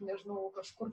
nežinau kažkur